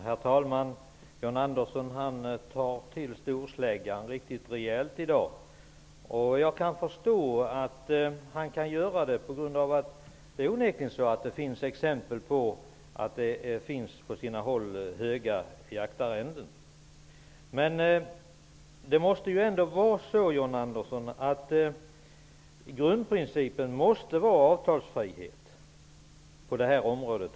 Herr talman! John Andersson tar till storsläggan riktigt rejält i dag. Jag kan förstå att han gör det. Det är onekligen så, att det finns exempel på att jaktarrendena på sina håll är höga. Men, John Andersson, grundprincipen måste ändå vara avtalsfrihet också på detta område.